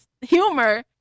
humor